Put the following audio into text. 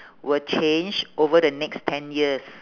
will change over the next ten years